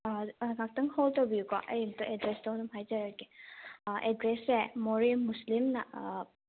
ꯑꯥ ꯉꯥꯛꯇꯪ ꯍꯣꯜ ꯇꯧꯕꯤꯌꯨꯀꯣ ꯑꯩ ꯑꯝꯇ ꯑꯦꯗ꯭ꯔꯦꯁꯇꯣ ꯑꯗꯨꯝ ꯍꯥꯏꯖꯔꯛꯀꯦ ꯑꯦꯗ꯭ꯔꯦꯁꯁꯦ ꯃꯣꯔꯦ ꯃꯨꯁꯂꯤꯝꯅ